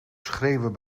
schreeuwen